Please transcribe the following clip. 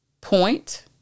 Point